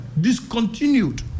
discontinued